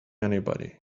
anybody